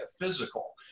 physical